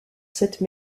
cette